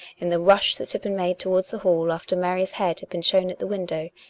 in the rush that had been made towards the hall after mary's head had been shown at the window,